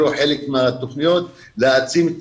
מעבירים חלק מהתוכניות כדי להעצים את